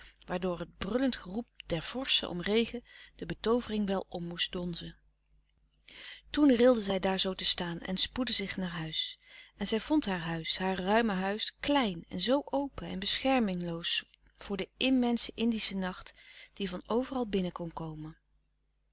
het brullend geroep der vorschen om regen de betoovering wel om moest donzen toen rilde zij daar zoo te staan en spoedde zich naar huis en zij vond haar huis haar ruime huis klein en zoo open en beschermingloos voor de immense indische nacht die van overal binnen kon komen